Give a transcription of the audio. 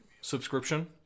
subscription